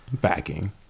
backing